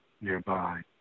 nearby